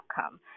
outcome